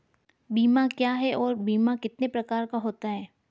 बीमा क्या है और बीमा कितने प्रकार का होता है?